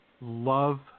love